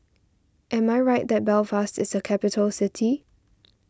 am I right that Belfast is a capital city